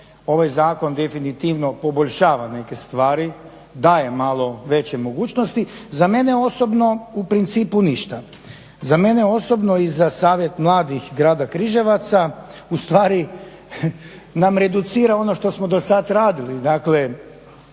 ovaj zakon definitivno poboljšava neke stvari, daje malo veće mogućnosti. Za mene osobno, u principu ništa, za mene osobno i za Savjet mladih grada Križevaca, ustvari nam reducira ono što smo do sada radili,